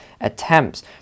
attempts